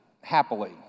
happily